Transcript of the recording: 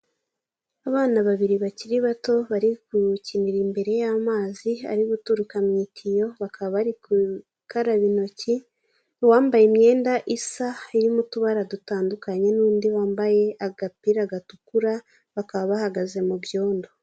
Abana babiri bakiri bato bari kukinira imbere y'amazi ari guturuka mu itiyo bakaba bari kukaraba intoki, uwambaye imyenda isa irimo utubara dutandukanye n'undi wambaye agapira gatukura bakaba bahagaze mu byondo.